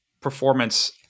Performance